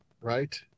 right